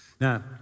Now